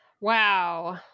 Wow